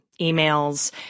emails